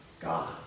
God